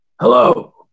Hello